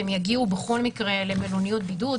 הם יגיעו בכל מקרה למלוניות בידוד,